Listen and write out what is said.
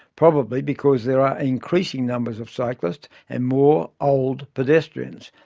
probably because there are increasing numbers of cyclists and more old pedest-rians.